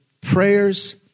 Prayers